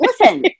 listen